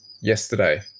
Yesterday